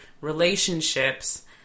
relationships